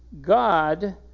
God